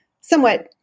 somewhat